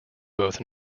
both